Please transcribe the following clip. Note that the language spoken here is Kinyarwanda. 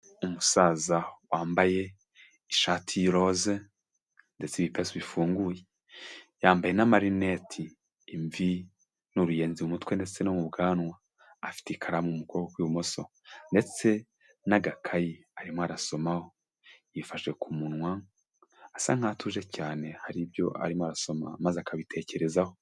Umusaza wambaye ishati y'iroze ndetse ibipesu bifunguye, yambaye n'amarineti, imvi n'uruyenzi mu mutwe ndetse no mu bwanwa, afite ikaramu mu kuboko kw'ibumoso ndetse n'agakayi, arimo arasomaho, yifashe ku munwa asa nkaho atuje cyane hari ibyo arimo arasoma maze akabitekerezaho.